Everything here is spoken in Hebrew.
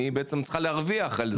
אני בעצם צריכה להרוויח על זה.